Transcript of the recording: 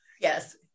Yes